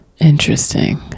Interesting